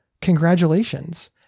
congratulations